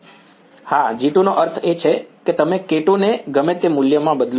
વિદ્યાર્થી હા G2 નો અર્થ છે કે તમે k2 ને ગમે તે મૂલ્યમાં બદલો